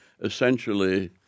essentially